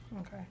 Okay